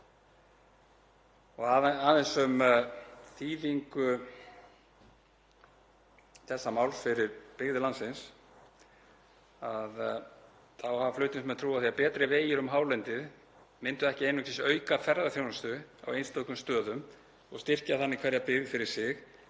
Aðeins um þýðingu þessa máls fyrir byggðir landsins. Flutningsmenn trúa því að betri vegir um hálendið myndu ekki einungis auka ferðaþjónustu á einstökum stöðum og styrkja þannig hverja byggð fyrir sig